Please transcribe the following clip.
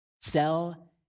Sell